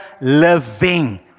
living